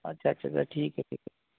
अच्छा अच्छाच्छा अच्छा ठीक आहे ठीक आहे